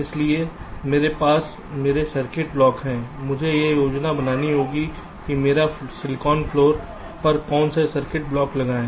इसलिए मेरे पास मेरे सर्किट ब्लॉक हैं मुझे एक योजना बनानी होगी कि मेरे सिलिकॉन फ्लोर पर कौन से सर्किट ब्लॉक लगाएं